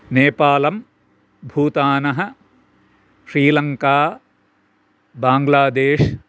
नेपालं भूतानः Sri Lanka Bangladesh